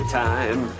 time